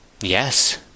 Yes